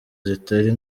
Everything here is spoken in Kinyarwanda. zitari